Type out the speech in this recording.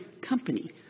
company